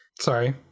sorry